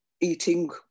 eating